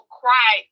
cry